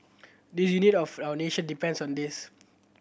the unity of our nation depends on this